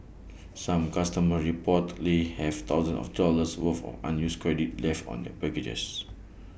some customers reportedly have thousands of dollars worth of unused credit left on their packages